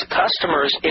customers